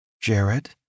Jared